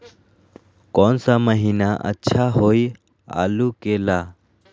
कौन सा महीना अच्छा होइ आलू के ला?